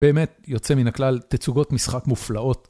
באמת יוצא מן הכלל, תצוגות משחק מופלאות